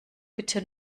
bitte